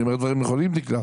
אני אומר דברים נכונים, דקלה?